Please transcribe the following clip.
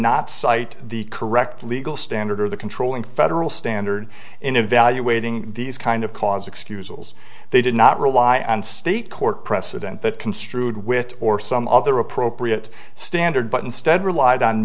not cite the correct legal standard or the controlling federal standard in evaluating these kind of cause excuse holes they did not rely on state court precedent that construed with or some other appropriate standard but instead relied on